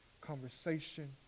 conversation